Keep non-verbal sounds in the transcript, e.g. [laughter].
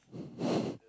[breath]